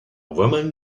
woman